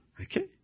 Okay